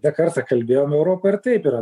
ne kartą kalbėjom europa ir taip yra